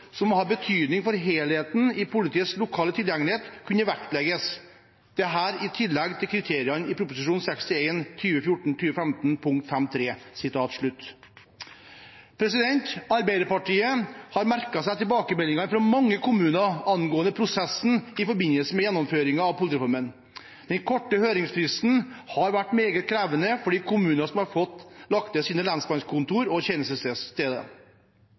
som har betydning for helheten i politiets lokale tilgjengelighet, kunne vektlegges. Dette i tillegg til kriteriene i Prop. punkt 5.3.» Arbeiderpartiet har merket seg tilbakemeldingene fra mange kommuner angående prosessen i forbindelse med gjennomføringen av politireformen. Den korte høringsfristen har vært meget krevende for de kommuner som har fått lagt ned sine lensmannskontorer og tjenestesteder.